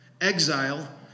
exile